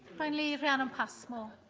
finally, rhianon passmore.